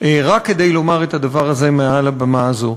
רק כדי לומר את הדבר הזה מעל הבמה הזאת.